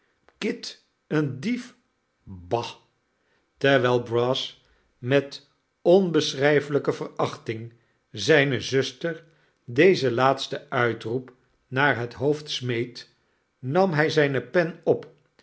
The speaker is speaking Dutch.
een dief bah terwijl brass met onbeschrijfelijke verachting zijne zuster dezen laatsten uitroep naar het hoofd smeet nam hij zijne pen op